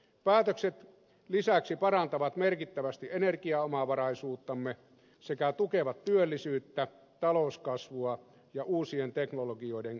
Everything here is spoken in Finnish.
päätökset lisäksi parantavat merkittävästi energiaomavaraisuuttamme sekä tukevat työllisyyttä talouskasvua ja uusien teknologioiden kehittämistä